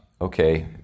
okay